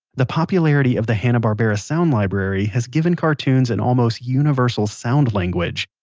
the popularity of the hanna-barbera sound library has given cartoons an almost universal sound-language.